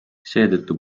seetõttu